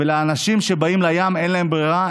ולאנשים שבאים לים אין ברירה,